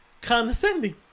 condescending